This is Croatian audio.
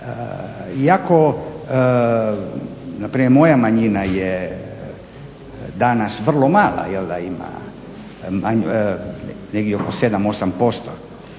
moja manjina je danas vrlo mala, jel ima